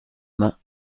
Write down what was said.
main